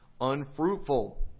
unfruitful